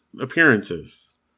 appearances